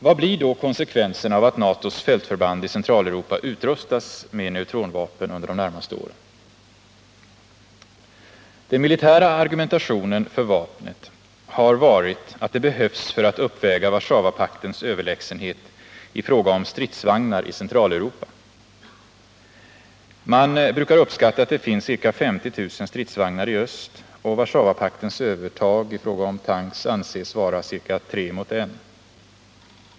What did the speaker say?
Vad blir då konsekvenserna av att NATO:s fältförband i Centraleuropa utrustas med neutronvapen under de närmaste åren? Den militära argumentationen för vapnet har varit att det behövs för att uppväga Warszawapaktens överlägsenhet i fråga om stridsvagnar i Centraleuropa. Man brukar uppskatta att det finns ca 50 000 stridsvagnar i öst, och Warszawapaktens övertag i fråga om tanks anses vara ca tre mot en.